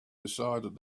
decided